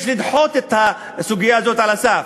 יש לדחות את הסוגיה הזאת על הסף.